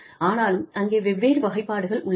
ஆனாலும் அங்கே வெவ்வேறு வகைப்பாடுகள் உள்ளன